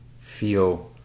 feel